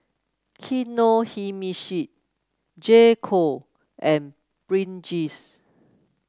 Kinohimitsu J Co and Pringles